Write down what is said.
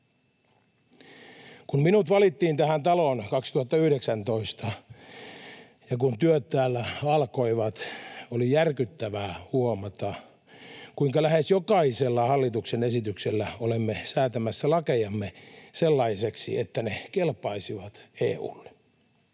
Kun minut valittiin tähän taloon 2019 ja kun työt täällä alkoivat, oli järkyttävää huomata, kuinka lähes jokaisella hallituksen esityksellä olemme säätämässä lakejamme sellaisiksi, että ne kelpaisivat EU:lle.